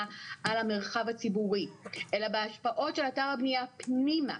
על המרחב הציבורי אלא בהשפעות של אתר הבנייה פנימה,